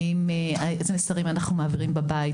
איזה מסרים אנחנו מעבירים בבית,